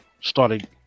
started